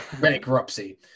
bankruptcy